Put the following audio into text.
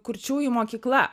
kurčiųjų mokykla